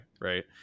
Right